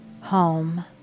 home